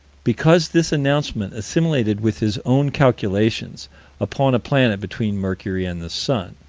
because this announcement assimilated with his own calculations upon a planet between mercury and the sun